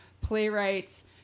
playwrights